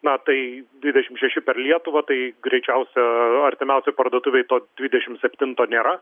na tai dvidešim šeši per lietuvą tai greičiausia artimiausioj parduotuvėj to dvidešim septinto nėra